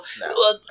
No